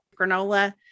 granola